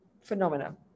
phenomena